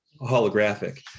holographic